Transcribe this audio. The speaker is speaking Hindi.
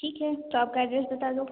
ठीक है तो आपका एड्रेस बता दो